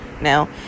Now